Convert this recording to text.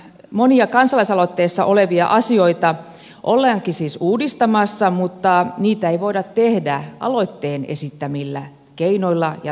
monia kansalaisaloitteessa olevia asioita ollaankin siis uudistamassa mutta niitä ei voida tehdä aloitteen esittämillä keinoilla ja tavoilla